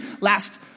last